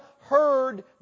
heard